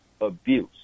abuse